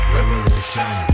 Revolution